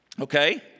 Okay